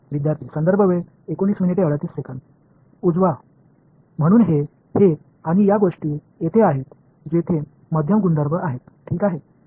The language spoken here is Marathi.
उजवा म्हणून हे हे आणि या गोष्टी येथे आहेत जेथे मध्यम गुणधर्म आहेत ठीक आहे